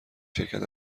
شرکت